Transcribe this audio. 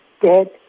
Dead